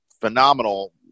phenomenal